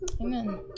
Amen